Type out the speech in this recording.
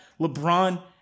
LeBron